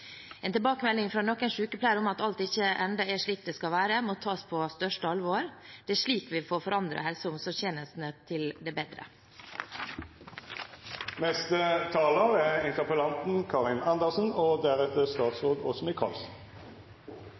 En tilbakemelding fra noen sykepleiere om at alt ennå ikke er slik det skal være, må tas på det største alvor. Det er slik vi får forandret helse- og omsorgstjenestene til det bedre. Først vil jeg si at jeg håper at det er fredag og